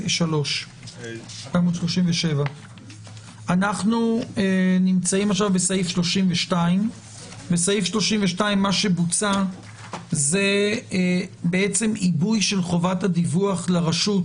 עמ' 37. אנחנו בסעיף 32. מה שבוצע פה זה עיבוי חובת הדיווח לרשות